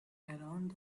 around